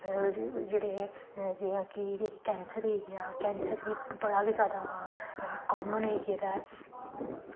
जेह्ड़े की जियां की कैंसर होइया कैंसर ते बड़ा गै जादा कॉमन होई गेदा ऐ